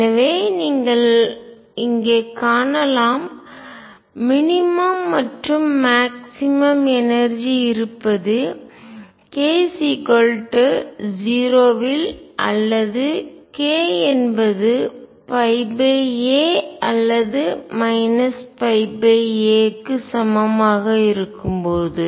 எனவே நீங்கள் இங்கே காணலாம் மினிமம் குறைந்தபட்சம் மற்றும் மாக்ஸிமம் அதிகபட்சம் எனர்ஜிஆற்றல் இருப்பது k 0 இல் அல்லது k என்பது a அல்லது a க்கு சமமாக இருக்கும் போது